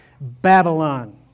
Babylon